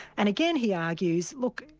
and again he argues, look,